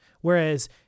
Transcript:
Whereas